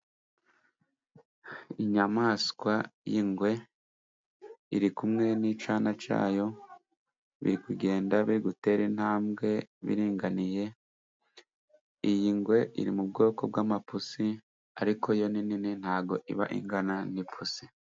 Inyamaswa y'ingwe iri kumwe n'icyana cyayo biri kugenda birigutera intambwe iringaniye, iyi ngwe iri mu bwoko bw'amapusi ariko yo nini ntago iba ingana n'ipusi.